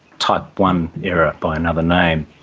type one error by another name,